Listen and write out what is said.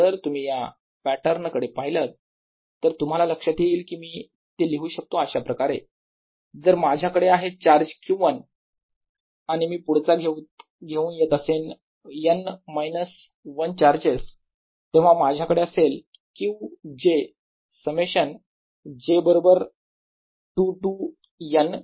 जर तुम्ही या पॅटर्न कडे पाहिलंत तर तुम्हाला लक्षात येईल कि मी ते लिहू शकतो अशाप्रकारे जर माझ्याकडे आहे चार्ज Q1 आणि मी पुढचा घेऊन येत असेन n मायनस 1 चार्जेस तेव्हा माझ्याकडे असेल Q j समेशन j बरोबर 2 ते N